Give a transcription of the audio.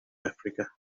africa